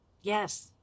Yes